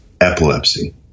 epilepsy